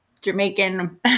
Jamaican